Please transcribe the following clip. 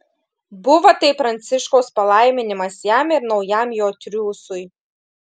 buvo tai pranciškaus palaiminimas jam ir naujam jo triūsui